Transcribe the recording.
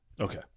Okay